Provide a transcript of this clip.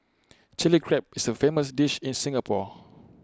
Chilli Crab is A famous dish in Singapore